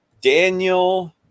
Daniel